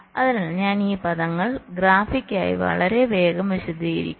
അതിനാൽ ഞാൻ ഈ പദങ്ങൾ ഗ്രാഫിക്കായി വളരെ വേഗം വിശദീകരിക്കും